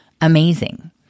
amazing